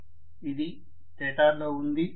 professor ఇది స్టేటార్లో ఉంది